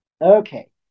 Okay